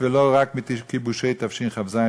ולא רק מכיבושי תשכ"ז,